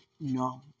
No